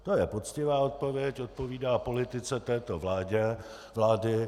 To je poctivá odpověď, odpovídá politice této vlády.